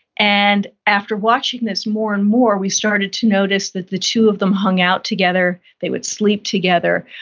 and after watching this more and more we started to notice that the two of them hung out together, they would sleep together,